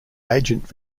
agent